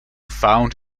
found